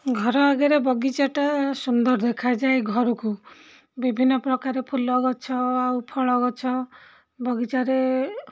ଘର ଆଗରେ ବଗିଚାଟା ସୁନ୍ଦର ଦେଖାଯାଏ ଘରକୁ ବିଭିନ୍ନ ପ୍ରକାରେ ଫୁଲ ଗଛ ଆଉ ଫଳ ଗଛ ବଗିଚାରେ